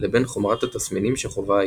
לבין חומרת התסמינים שחווה האישה,